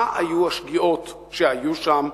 מה היו השגיאות שהיו שם,